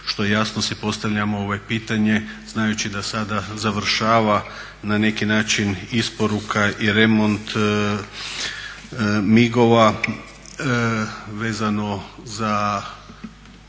što jasno si postavljamo pitanje znajući da sada završava na neki način isporuka i remont MIG-ova vezano za